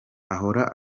ahora